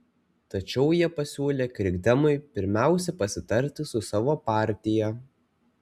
tačiau jie pasiūlė krikdemui pirmiausia pasitarti su savo partija